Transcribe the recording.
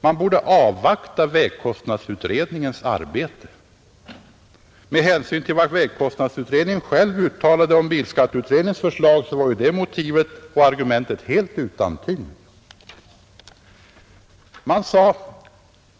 Man borde avvakta vägkostnadsutredningens arbete. Med hänsyn till vad vägkostnadsutredningen själv uttalade om bilskatteutredningens förslag var det argumentet utan tyngd. 2.